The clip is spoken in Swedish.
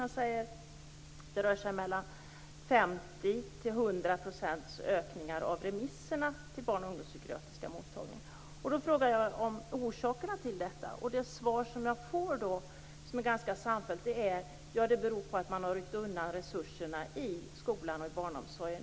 Man säger att det rör sig om ökningar med 50-100 % av remisserna till barn och ungdomspsykiatriska mottagningar. Jag frågar då om orsakerna till detta. Det svar som jag ganska samfällt får är: Det beror på att man har ryckt undan resurserna i skolan och i barnomsorgen.